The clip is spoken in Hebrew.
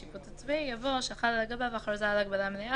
צו בידוד בבית חולים)."